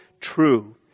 true